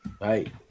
Right